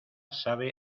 sabe